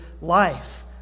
life